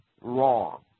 wrong